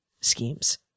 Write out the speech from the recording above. schemes